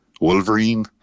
Wolverine